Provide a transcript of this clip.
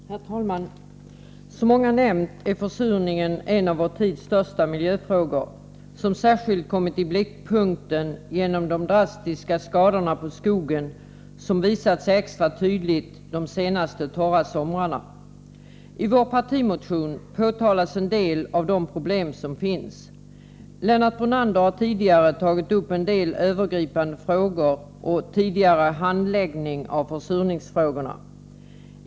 Herr talman! Som många nämnt är försurningen en av vår tids största miljöfrågor, och den har särskilt kommit i blickpunkten genom de drastiska skadorna på skogen, vilka visat sig extra tydligt de senaste torra somrarna. I vår partimotion tar vi upp en del av de problem som finns. Lennart Brunander har tidigare berört vissa övergripande frågor och den tidigare handläggningen av försurningsfrågorna.